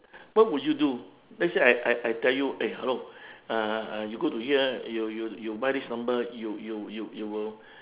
what would you do let's say I I I tell you eh hello uh uh you go to here you you you buy this number you you you you will